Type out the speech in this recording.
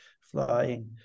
flying